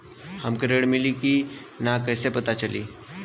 हमके ऋण मिली कि ना कैसे पता चली?